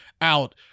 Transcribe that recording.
out